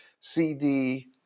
CD